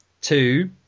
two